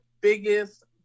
biggest